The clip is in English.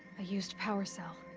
a used power cell.